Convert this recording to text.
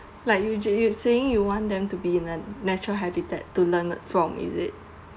like usual~ you saying you want them to be in a natural habitat to learn from is it